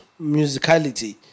musicality